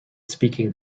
speaking